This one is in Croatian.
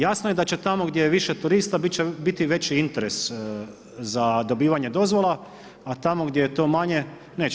Jasno je da će tamo gdje je više turista biti će i veći interes za dobivanje dozvola a tamo gdje je to manje neće.